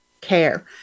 care